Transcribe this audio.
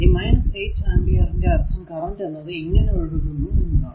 ഈ 8 എന്നതിന്റെ അർഥം കറൻറ് എന്നത് ഇങ്ങനെ ഒഴുകുന്നു എന്നതാണ്